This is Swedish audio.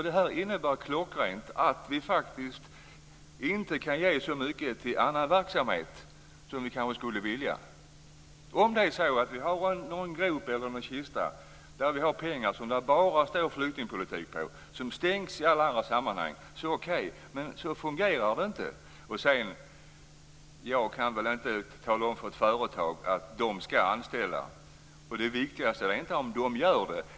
Det innebär klockrent att vi faktiskt inte kan ge så mycket till annan verksamhet som vi kanske skulle vilja. Om det är så att vi har en grop, eller en kista, där vi har pengar som det bara står "flyktingpolitik" på och som stängs i alla andra sammanhang, då är det okej. Men så fungerar det inte. Och sedan: Jag kan väl inte tala om för ett företag att de ska anställa. Det viktiga är inte bara att de gör det.